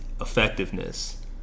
effectiveness